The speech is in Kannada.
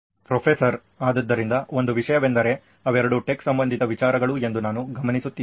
ಪ್ರೊಫೆಸರ್ ಆದ್ದರಿಂದ ಒಂದು ವಿಷಯವೆಂದರೆ ಅವೆರಡೂ ಟೆಕ್ ಸಂಬಂಧಿತ ವಿಚಾರಗಳು ಎಂದು ನಾನು ಗಮನಿಸುತ್ತಿದ್ದೇನೆ